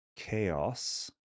chaos